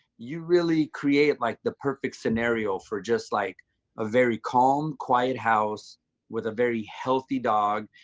you really create like the perfect scenario for just like a very calm quiet house with a very healthy dog.